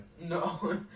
No